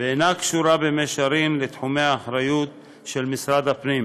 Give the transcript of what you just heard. ואינה קשורה במישרין לתחומי האחריות של משרד הפנים.